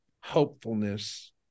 hopefulness